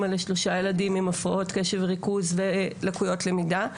אמא לשלושה ילדים עם הפרעות קשב וריכוז ולקויות למידה,